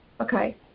Okay